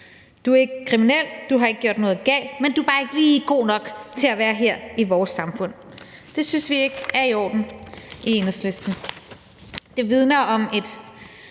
du er ikke kriminel, du har ikke gjort noget galt, men du er bare ikke lige god nok til at være her i vores samfund. Det synes vi i Enhedslisten ikke er